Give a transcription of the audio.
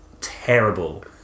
terrible